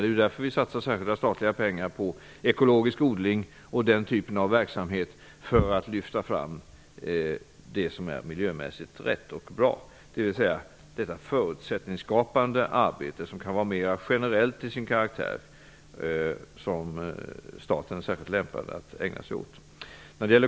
Det är ju för att lyfta fram det som är miljömässigt rätt och bra som vi satsar särskilda statliga pengar på ekologisk odling och den typen av verksamhet, dvs. detta förutsättningsskapande arbete som kan vara mer generellt till sin karaktär som staten är särskilt lämpad att ägna sig åt.